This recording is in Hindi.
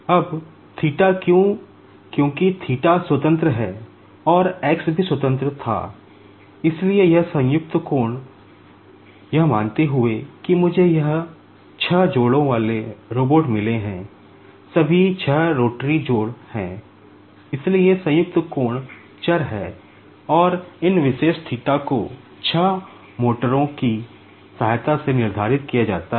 अब थीटा के रूप में लिखा जा सकता है